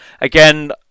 Again